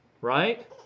Right